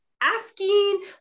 asking